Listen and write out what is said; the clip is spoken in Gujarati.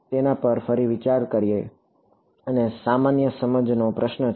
તેના પર ફરી વિચાર કરો આ સામાન્ય સમજનો પ્રશ્ન છે